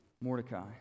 Mordecai